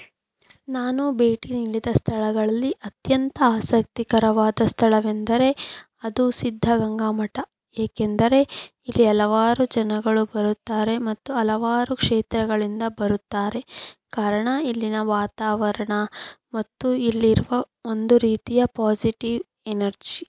ನಾನು ಭೇಟಿ ನೀಡಿದ ಸ್ಥಳಗಳಲ್ಲಿ ಅತ್ಯಂತ ಆಸಕ್ತಿಕರವಾದ ಸ್ಥಳವೆಂದರೆ ಅದು ಸಿಧ್ಧಗಂಗಾ ಮಠ ಏಕೆಂದರೆ ಇಲ್ಲಿ ಹಲವಾರು ಜನಗಳು ಬರುತ್ತಾರೆ ಮತ್ತು ಹಲವಾರು ಕ್ಷೇತ್ರಗಳಿಂದ ಬರುತ್ತಾರೆ ಕಾರಣ ಇಲ್ಲಿನ ವಾತಾವರಣ ಮತ್ತು ಇಲ್ಲಿರುವ ಒಂದು ರೀತಿಯ ಪೋಜ಼ಿಟೀವ್ ಎನರ್ಜಿ